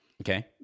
Okay